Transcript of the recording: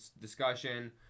discussion